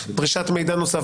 דרישת מידע נוסף,